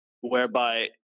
whereby